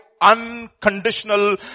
unconditional